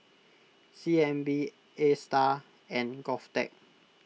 C N B Astar and Govtech